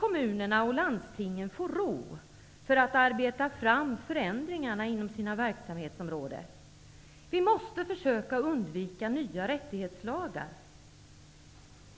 Kommunerna och landstingen måste nu få ro för att arbeta fram förändringarna inom sina verksamhetsområden. Vi måste försöka undvika nya rättighetslagar.